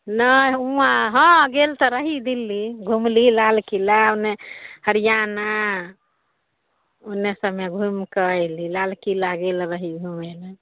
नहि हुआँ हँ गेल तऽ रही दिल्ली घुमली लालकिला ओन्ने हरियाना उन्ने सबमे घुमि कऽ अयली लालकिला गेल रही घूमय हम